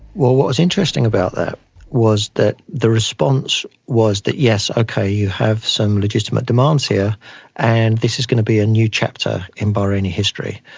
well, what was interesting about that was that the response was that yes, ok, you have some legitimate demands here and this is going to be a new chapter in bahraini history.